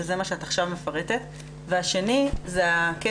שזה מה שא ת עכשיו מפרטת והשני זה הכסף